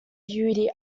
beauty